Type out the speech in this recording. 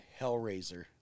Hellraiser